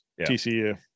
TCU